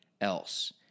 else